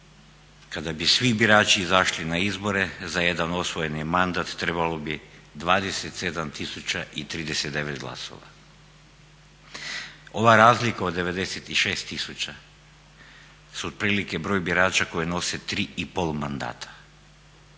kada bi svi birači izašli na izbore za jedan osvojeni mandat trebalo bi 27 tisuća i 39 glasova. Ova razlika od 96 tisuća su otprilike broj birača koji nose 3,5 mandata,